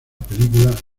película